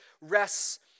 rests